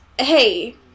Hey